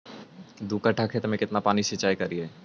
दू कट्ठा खेत में केतना पानी सीचाई करिए?